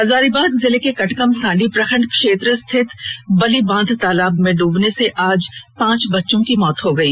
हजारीबाग जिले के कटकमसांडी प्रखंड क्षेत्र स्थिति बली बांध तालाब में डूबने से आज पांच बच्चों की मौत हो गई